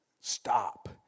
Stop